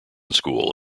school